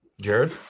Jared